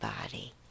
body